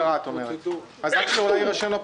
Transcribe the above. את אומרת שאין ברירה.